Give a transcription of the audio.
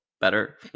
better